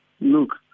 look